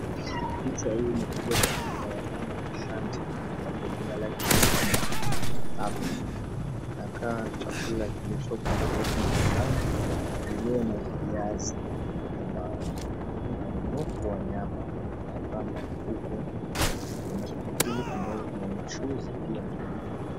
Picha hii imepigwa kwa nyumba ya Mama Ashanti ambapo jina lake linaandikwa hapo. Inakaa chakula kilicho mbele yetu ni pilao lenyewe na viazi na limau. Kuna mnofu wa nyama na ukawa na kuku. Kuna pilipili kando yake kuna mchuzi pia.